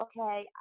okay